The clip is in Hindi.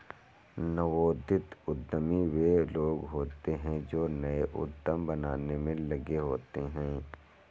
नवोदित उद्यमी वे लोग होते हैं जो नए उद्यम बनाने में लगे होते हैं